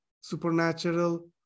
supernatural